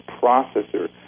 processor